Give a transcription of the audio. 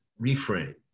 reframe